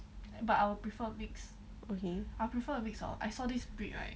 mmhmm